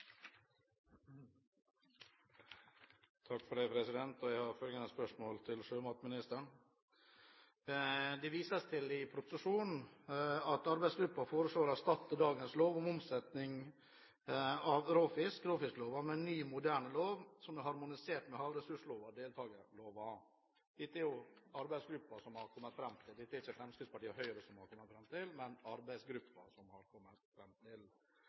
handelshindringer for norske eksportører. Det blir replikkordskifte. Jeg har noen spørsmål til sjømatministeren. Det vises i meldingen til at arbeidsgruppen foreslår å erstatte dagens lov om omsetning av råfisk, råfiskloven, med en ny, moderne lov som er harmonisert med havressursloven og deltakerloven. Dette har arbeidsgruppen kommet fram til; dette er det ikke Fremskrittspartiet og Høyre som har kommet fram til. Hvordan tenker statsråden å følge disse tingene opp – om man har